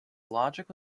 logic